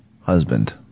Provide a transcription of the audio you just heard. Husband